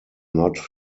not